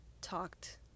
talked